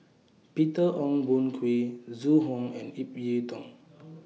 Peter Ong Boon Kwee Zhu Hong and Ip Yiu Tung